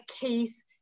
case